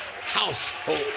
household